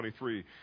23